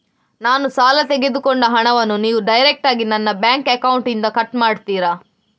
ನಾನು ಸಾಲ ತೆಗೆದುಕೊಂಡ ಹಣವನ್ನು ನೀವು ಡೈರೆಕ್ಟಾಗಿ ನನ್ನ ಬ್ಯಾಂಕ್ ಅಕೌಂಟ್ ಇಂದ ಕಟ್ ಮಾಡ್ತೀರಾ?